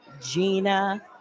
Gina